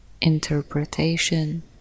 interpretation